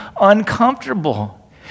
uncomfortable